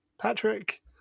Patrick